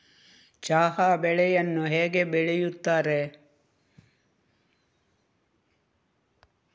ಚಹಾ ಬೆಳೆಯನ್ನು ಹೇಗೆ ಬೆಳೆಯುತ್ತಾರೆ?